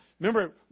remember